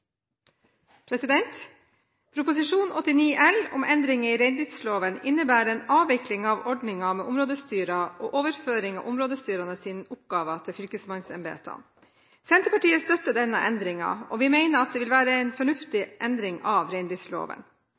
omlegginga. Proposisjon 89 L om endringer i reindriftsloven innebærer en avvikling av ordningen med områdestyrer og overføring av områdestyrenes oppgaver til fylkesmannsembetene. Senterpartiet støtter denne endringen, og vi mener at dette vil være en fornuftig endring av